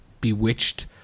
bewitched